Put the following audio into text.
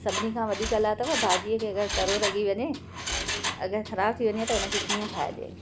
सभिनी खां वॾी कला अथव भाॼी खे अगरि तरो लॻी वञे अगरि ख़राब थी वञे त उन खे कीअं ठाहिजे